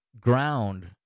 ground